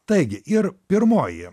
taigi ir pirmoji